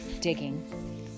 digging